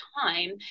time